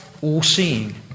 all-seeing